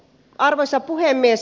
arvoisa puhemies